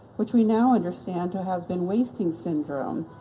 which we now understand to have been wasting syndrome,